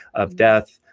of death,